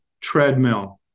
treadmill